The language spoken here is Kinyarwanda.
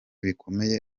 bikomeye